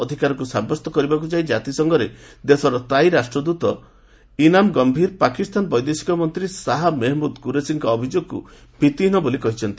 ଭାରତର ଜବାବ ଅଧିକାରକୁ ସାବ୍ୟସ୍ତ କରିବାକୁ ଯାଇ ଜାତିସଂଘରେ ଦେଶର ସ୍ଥାୟୀ ରାଷ୍ଟ୍ରଦୃତ ଇନାମ୍ ଗମ୍ଭୀର ପାକିସ୍ତାନ ବୈଦେଶିକ ମନ୍ତ୍ରୀ ଶାହା ମେହମୁଦ୍ କୁରେସିଙ୍କ ଅଭିଯୋଗକୁ ଭିତ୍ତିହୀନ ବୋଲି କହିଛନ୍ତି